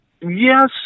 Yes